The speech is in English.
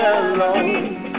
alone